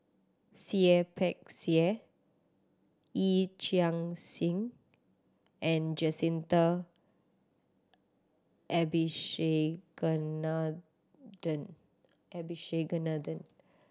Seah Peck Seah Yee Chia Hsing and Jacintha Abisheganaden Abisheganaden